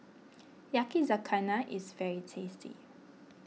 Yakizakana is very tasty